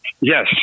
Yes